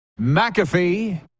McAfee